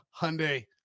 hyundai